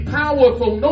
powerful